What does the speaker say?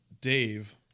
Dave